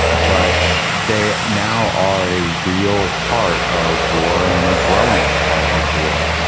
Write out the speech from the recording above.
but they now are a real part of war and a growing part of war.